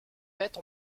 faite